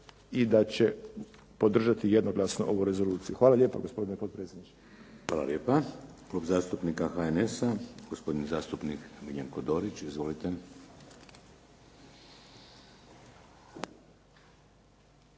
i da će podržati jednoglasno ovu rezoluciju. Hvala lijepa gospodine potpredsjedniče. **Šeks, Vladimir (HDZ)** Hvala lijepa. Klub zastupnika HNS-a, gospodin zastupnik Miljenko Dorić. Izvolite.